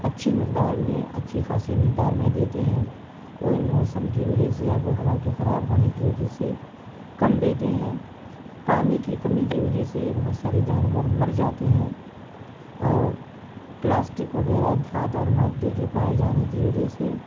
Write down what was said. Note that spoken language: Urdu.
اچھی مقدار میں اچھی خاصی مقدار میں دیتے ہیں وہ ان موسم کی وجہ سے آب و ہوا کے خراب ہونے کی وجہ سے کم دیتے ہیں پانی کی کمی کی وجہ سے بہت سارے جانور مر جاتے ہیں اور پلاسٹک وغیرہ دھات اور مادے کے پائے جانے کی وجہ سے